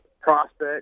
prospect